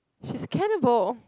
she's cannibal